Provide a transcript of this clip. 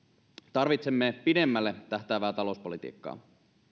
tarvitsemme pidemmälle tähtäävää talouspolitiikkaa